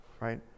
right